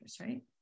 right